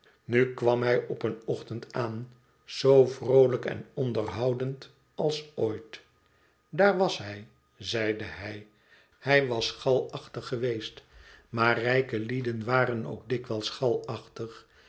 nu kwam hij op een ochtend aan zoo vroolijk en onderhoudend als ooit daar was hij zeide hij hij was galachtig geweest maar rijke lieden waren ook dikwijls